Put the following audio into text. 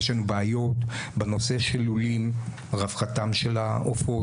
יש לנו בעיות בנושא של לולים, רווחתם של העופות.